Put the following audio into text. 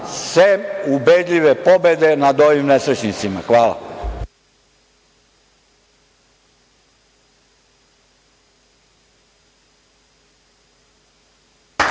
sem ubedljive pobede nad ovim nesrećnicima. Hvala.